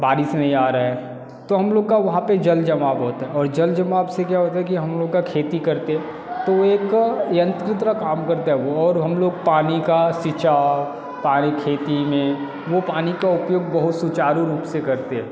बारिश नहीं आ रहा है तो हम लोग का वहाँ पर जल जमा होता है और जल जमाव से क्या होता है कि हम लोग का खेती करते तो एक यंत्र काम करता है और हम लोग पानी का सीछाव पानी की खेती में वो पानी का उपयोग बहुत सुचारू रूप से करते हैं